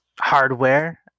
hardware